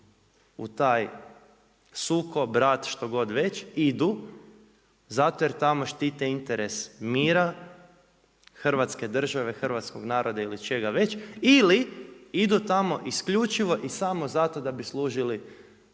u taj sukob, rat što god već idu zato jer tamo štite interes mira, Hrvatske države, hrvatskog naroda ili čega već ili idu tamo isključivo i samo zato da bi služili